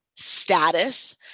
status